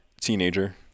teenager